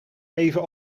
even